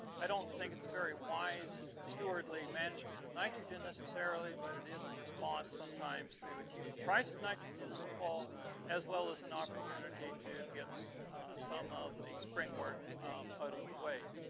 i don't think it's a very wise stewardly management of nitrogen necessarily but it is a response sometimes to achieve for price of nitrogen in the fall as well as an opportunity to get some of the spring work out of the way